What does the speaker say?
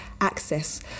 access